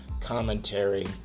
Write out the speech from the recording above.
commentary